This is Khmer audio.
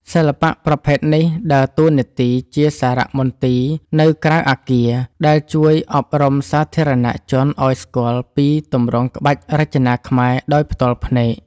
សិល្បៈប្រភេទនេះដើរតួនាទីជាសារមន្ទីរនៅក្រៅអគារ ដែលជួយអប់រំសាធារណជនឱ្យស្គាល់ពីទម្រង់ក្បាច់រចនាខ្មែរដោយផ្ទាល់ភ្នែក។